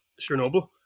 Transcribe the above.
Chernobyl